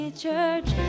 church